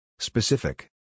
Specific